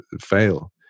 fail